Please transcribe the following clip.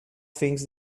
things